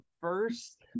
first